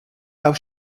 auf